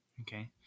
Okay